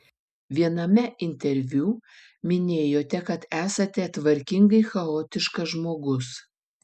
viename interviu minėjote kad esate tvarkingai chaotiškas žmogus